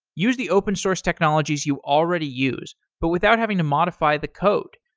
use the open source technologies you already use, but without having to modify the code,